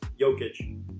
Jokic